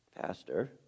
Pastor